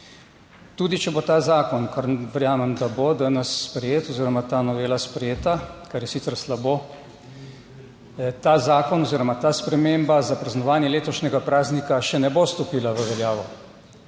Tudi če bo ta zakon, kar verjamem, da bo danes sprejet oziroma ta novela sprejeta, kar je sicer slabo, ta zakon oziroma ta sprememba za praznovanje letošnjega praznika še ne bo stopila v veljavo